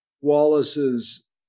Wallace's